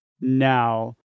now